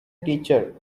teacher